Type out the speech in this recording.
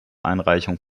einreichung